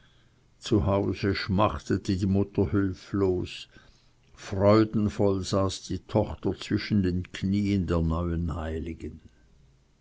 zu hause schmachtete die mutter hülflos freudenvoll saß die tochter zwischen den knien der neuen heiligen